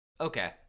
Okay